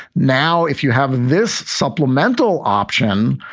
now, if you have this supplemental option,